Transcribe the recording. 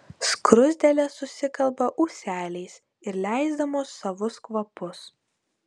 skruzdėlės susikalba ūseliais ir leisdamos savus kvapus